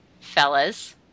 Fellas